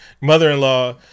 mother-in-law